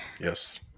Yes